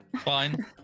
Fine